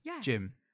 Jim